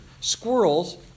squirrels